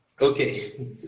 Okay